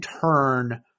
turn